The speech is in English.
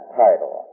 title